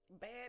Bad